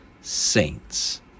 saints